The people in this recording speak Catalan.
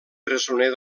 presoner